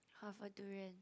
half a durian